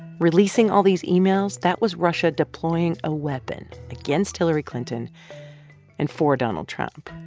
releasing all these emails that was russia deploying a weapon against hillary clinton and for donald trump.